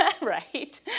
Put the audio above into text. right